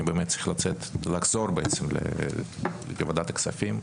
אני באמת צריך לצאת חזרה לוועדת הכספים.